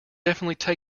definitely